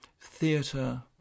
theatre